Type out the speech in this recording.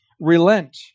relent